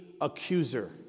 accuser